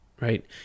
right